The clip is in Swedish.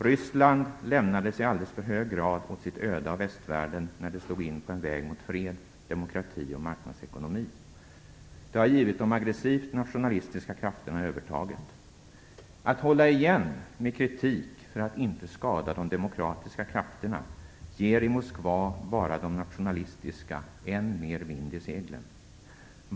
Ryssland lämnades i alldeles för hög grad åt sitt öde av västvärlden, när det slog in på en väg mot fred, demokrati och marknadsekonomi. Det har givit de aggressivt nationalistiska krafterna övertaget. Att hålla igen med kritik för att inte skada de demokratiska krafterna ger i Moskva bara de nationalistiska än mer vind i seglen.